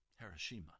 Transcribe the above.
Hiroshima